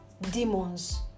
demons